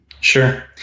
Sure